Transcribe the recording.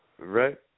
Right